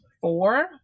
four